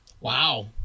Wow